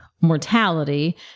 Mortality